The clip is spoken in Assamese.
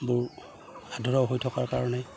বোৰ হৈ থকাৰ কাৰণে